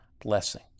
blessing